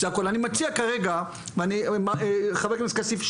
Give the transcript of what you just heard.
חבר הכנסת כסיף,